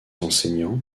enseignants